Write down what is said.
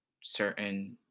certain